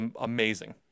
amazing